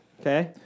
Okay